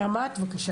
תודה.